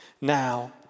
now